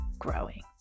growing